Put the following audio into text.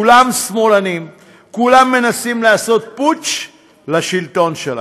כולם שמאלנים, כולם מנסים לעשות פוטש לשלטון שלכם.